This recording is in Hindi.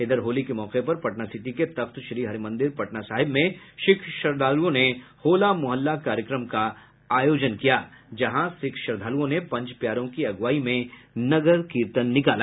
इधर होली के मौके पर पटना सिटी के तख्त श्री हरिमंदिर पटना साहिब में सिख श्रद्धालुओं ने होला मोहल्ला कार्यक्रम का आयोजन किया जहां सिख श्रद्धालुओं ने पंच प्यारों की अगुवाई में नगर कीर्तन निकाला